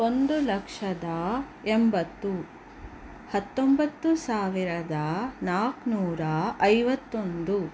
ಒಂದು ಲಕ್ಷದ ಎಂಬತ್ತು ಹತ್ತೊಂಬತ್ತು ಸಾವಿರದ ನಾಲ್ಕ್ನೂರ ಐವತ್ತೊಂದು